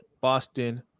Boston